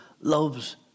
loves